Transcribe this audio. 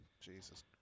Jesus